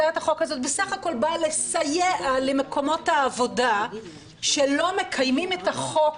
הצעת החוק הזאת בסך הכול באה לסייע למקומות העבודה שלא מקיימים את החוק,